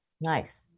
Nice